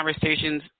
conversations